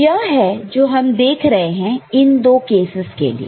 तो यह है जो हम देख रहे हैं इन दो केसस के लिए